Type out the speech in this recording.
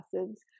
acids